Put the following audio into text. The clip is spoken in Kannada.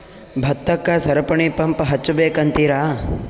ಭತ್ತಕ್ಕ ಸರಪಣಿ ಪಂಪ್ ಹಚ್ಚಬೇಕ್ ಅಂತಿರಾ?